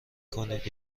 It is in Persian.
کنید